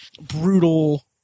brutal